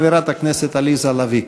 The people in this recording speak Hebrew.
חברת הכנסת עליזה לביא.